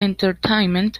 entertainment